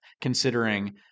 considering